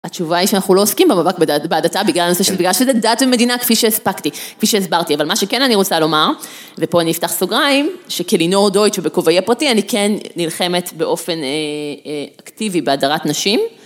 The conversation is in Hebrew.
התשובה היא שאנחנו לא עוסקים במאבק בהדתה בגלל הנושא של דת ומדינה כפי שהספקתי, כפי שהסברתי, אבל מה שכן אני רוצה לומר, ופה אני אפתח סוגריים, שכלינור דויטש ובכובעי הפרטי, אני כן נלחמת באופן אקטיבי בהדרת נשים.